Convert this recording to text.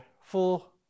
full